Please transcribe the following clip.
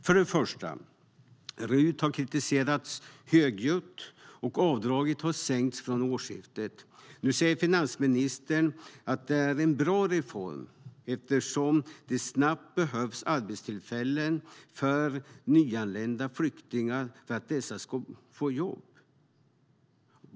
För det första: RUT har kritiserats högljutt, och avdraget har sänkts från årsskiftet. Nu säger finansministern att det är en bra reform eftersom det snabbt behövs arbetstillfällen för att få nyanlända flyktingar i jobb.